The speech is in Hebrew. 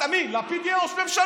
אני מודה, אז מי, לפיד יהיה ראש ממשלה?